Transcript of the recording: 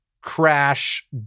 crash